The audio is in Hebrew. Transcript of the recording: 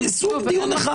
סוג דיון אחד.